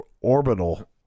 orbital